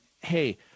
hey